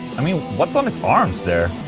i mean, what's on his arms there?